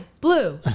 Blue